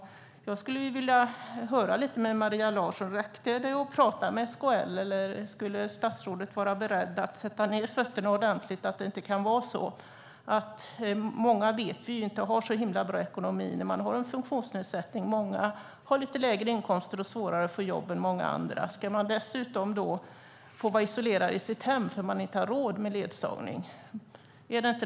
Räcker det att tala med SKL eller är statsrådet beredd att sätta ned foten ordentligt? Vi vet att många funktionsnedsatta inte har så bra ekonomi. Många har lägre inkomster och svårare att få jobb än andra. Ska man dessutom vara isolerad i sitt hem för att man inte har råd med ledsagning?